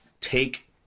take